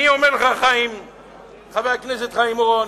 אני אומר לך, חבר הכנסת חיים אורון,